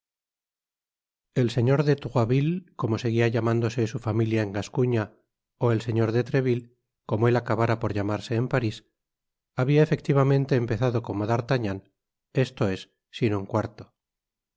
el señor de troisville como seguia llamándose su familia en gascuña ó el señor de treville como él acabara por llamarse en paris habia efectivamente empezado como d'artagnan esto es sin un cuarto